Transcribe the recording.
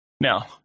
Now